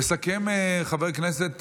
יסכם חבר הכנסת